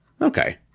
okay